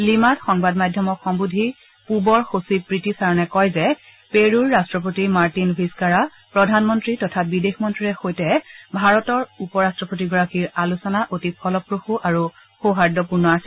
লিমাত সাংবাদ মাধ্যমক সম্বোধি পূবৰ সচিব প্ৰীতি চাৰণে কয় যে পেৰুৰ ৰাট্টপতি মাৰ্টিন ভিছকাৰা প্ৰধানমন্ত্ৰী তথা বিদেশমন্ত্ৰীৰে সৈতে ভাৰতৰ উপৰট্টপতিগৰাকীৰ আলোচনা অতি ফলপ্ৰসু আৰু সৌহাৰ্দ্যপূৰ্ণ আছিল